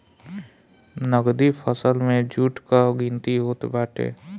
नगदी फसल में जुट कअ गिनती होत बाटे